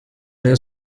rayon